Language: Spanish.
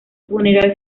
funeral